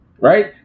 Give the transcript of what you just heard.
right